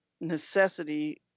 necessity